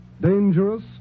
dangerous